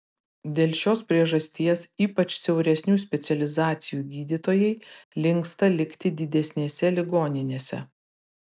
dėl šios priežasties ypač siauresnių specializacijų gydytojai linksta likti didesnėse ligoninėse